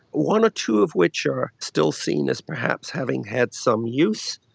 one or two of which are still seen as perhaps having had some use.